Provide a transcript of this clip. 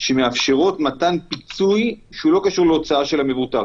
שמאפשרות מתן פיצוי שלא קשור להוצאה של המבוטח,